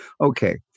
Okay